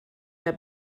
mehr